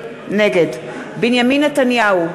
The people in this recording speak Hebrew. נגד בנימין נתניהו,